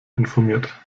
informiert